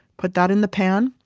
put that in the pan,